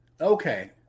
Okay